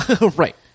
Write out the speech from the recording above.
Right